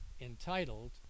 entitled